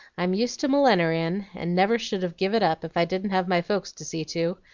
i'm used to millineryin and never should have give it up, if i didn't have my folks to see to.